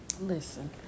Listen